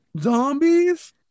zombies